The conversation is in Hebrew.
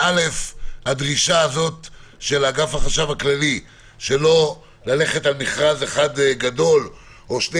יש דרישה של אגף החשב הכללי שלא ללכת על מכרז אחד גדול או שני